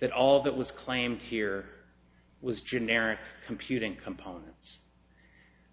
that all that was claimed here was generic computing components